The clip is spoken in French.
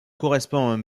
correspond